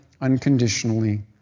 unconditionally